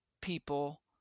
people